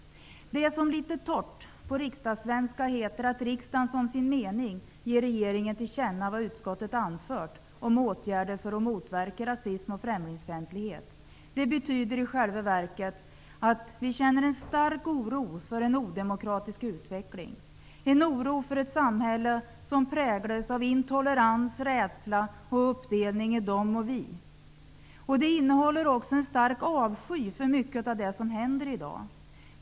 Det som litet torrt på riksdagssvenska heter att riksdagen som sin mening ger regeringen till känna vad utskottet anfört om åtgärder för att motverka rasism och främlingsfientlighet, betyder i själva verket att vi känner stark oro för en odemokratisk utveckling; en oro för ett samhälle som präglas av intolerans, rädsla och uppdelning i de och vi. Det innehåller också en stark avsky för mycket av det som händer i dag.